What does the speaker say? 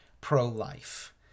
pro-life